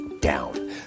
down